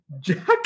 Jack